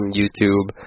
YouTube